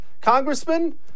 Congressman